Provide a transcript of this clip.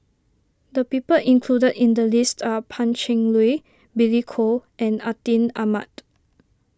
the people included in the list are Pan Cheng Lui Billy Koh and Atin Amat